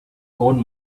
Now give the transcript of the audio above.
own